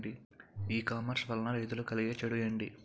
ఈ కామర్స్ వలన రైతులకి కలిగే చెడు ఎంటి?